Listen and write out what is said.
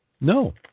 No